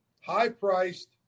high-priced